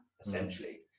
essentially